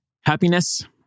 Happiness